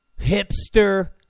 hipster